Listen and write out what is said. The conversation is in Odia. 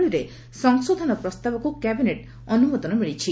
ବଳୀରେ ସଂଶୋଧନ ପ୍ରସ୍ତାବକୁ କ୍ୟାବିନେଟ୍ ଅନୁମୋଦନ ମିଳିଛି